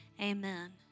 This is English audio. amen